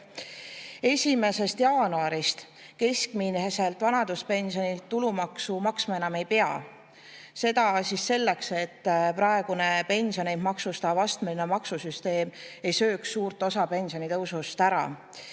eurot. 1. jaanuarist keskmiselt vanaduspensionilt tulumaksu maksma enam ei pea. Seda selleks, et praegune pensione maksustav astmeline maksusüsteem ei sööks suurt osa pensionitõusust ära.